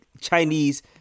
Chinese